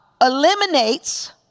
eliminates